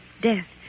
Death